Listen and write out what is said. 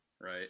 right